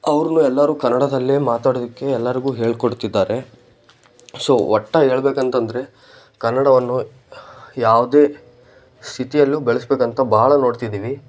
ಅವ್ರನ್ನು ಎಲ್ಲಾರೂ ಕನ್ನಡದಲ್ಲೇ ಮಾತಾಡೋದಕ್ಕೆ ಎಲ್ಲರಿಗೂ ಹೇಳಿಕೊಡ್ತಿದ್ದಾರೆ ಸೊ ಒಟ್ಟಾಗಿ ಹೇಳ್ಬೇಕಂತಂದ್ರೆ ಕನ್ನಡವನ್ನು ಯಾವುದೇ ಸ್ಥಿತಿಯಲ್ಲೂ ಬೆಳೆಸಬೇಕಂತ ಭಾಳ ನೋಡ್ತಿದೀವಿ